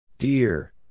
Dear